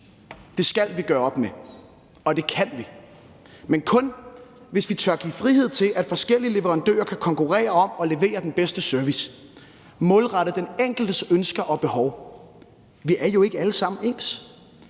Det skal vi gøre op med, og det kan vi, men kun hvis vi tør give frihed til, at forskellige leverandører kan konkurrere om at levere den bedste service målrettet den enkeltes ønsker og behov. Vi er jo ikke alle sammen ens.